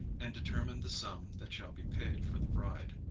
and determine the sum that shall be paid for the bride.